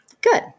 good